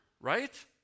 right